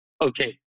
okay